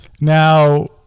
Now